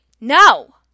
No